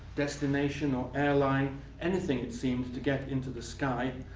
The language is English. destination, or airline anything, it seems, to get into the sky.